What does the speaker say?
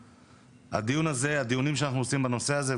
הדיונים שאנחנו עושים בנושא הזה,